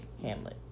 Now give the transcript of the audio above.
Hamlet